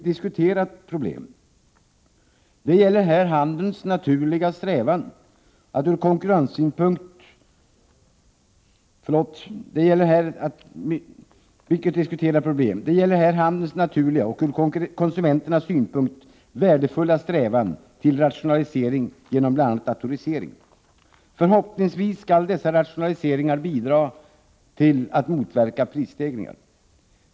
Det är ett nu mycket omdiskuterat problem. Det gäller här handelns naturliga och från konsumenternas synpunkt värdefulla strävan till rationalisering genom bl.a. datorisering. Förhoppningsvis skall dessa rationaliseringar bidra till att motverka prisstegringar.